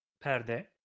perde